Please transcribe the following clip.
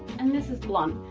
and this is blunt. oh,